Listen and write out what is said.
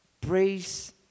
Praise